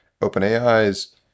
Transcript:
OpenAI's